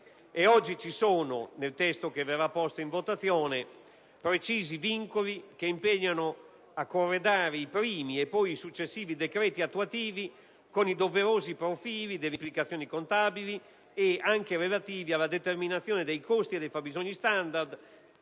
oggi, nel testo che verrà posto in votazione, ci sono precisi vincoli che impegnano a corredare i primi e poi i successivi decreti attuativi con i doverosi profili delle implicazioni contabili, anche relativi alla determinazione dei costi e dei fabbisogni standard